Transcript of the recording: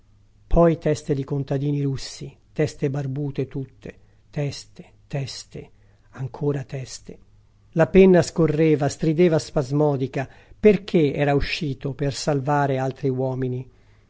poi teste di contadini russi teste barbute tutte teste teste ancora teste la penna scorreva strideva spasmodica perché era uscito per salvare altri uomini